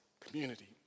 community